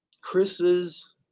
Chris's